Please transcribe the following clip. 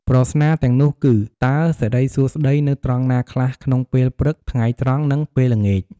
ប្រស្នាទាំងនោះគឺ "តើសិរីសួស្ដីនៅត្រង់ណាខ្លះ ក្នុងពេលព្រឹក ថ្ងៃត្រង់ និងពេលល្ងាច?"